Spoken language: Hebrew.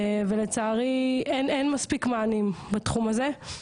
ולצערי אין מספיק מענים בתחום הזה.